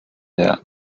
der